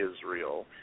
Israel